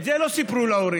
את זה לא סיפרו להורים.